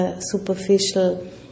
superficial